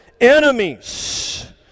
enemies